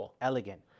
elegant